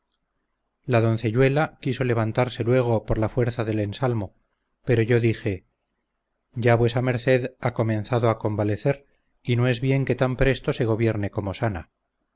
la doncelluela quiso levantarse luego por la fuerza del ensalmo pero yo dije ya vuesa merced ha comenzado a convalecer y no es bien que tan presto se gobierne como sana